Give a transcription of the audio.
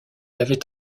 avait